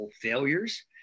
failures